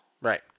Right